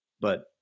but-